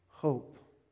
Hope